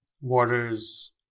waters